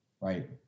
Right